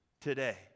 today